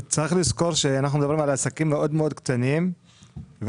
צריך לזכור שאנחנו מדברים על עסקים מאוד מאוד קטנים ואנחנו